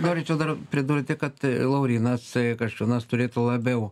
noriu čia dar pridurti kad laurynas kasčiūnas turėtų labiau